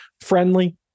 Friendly